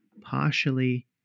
partially